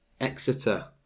Exeter